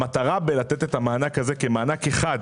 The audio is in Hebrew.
המטרה במתן המענק הזה כמענק אחד,